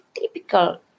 typical